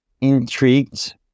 intrigued